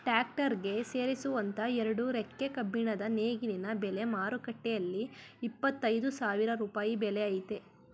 tractor ಗೆ ಸೇರಿಸುವಂತ ಎರಡು ರೆಕ್ಕೆ ಕಬ್ಬಿಣದ ನೇಗಿಲಿನ ಬೆಲೆ ಮಾರುಕಟ್ಟೆಲಿ ಇಪ್ಪತ್ತ ಐದು ಸಾವಿರ ರೂಪಾಯಿ ಬೆಲೆ ಆಯ್ತೆ